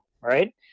Right